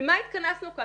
למה התכנסנו כאן?